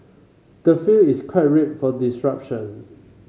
the field is quite ripe for disruption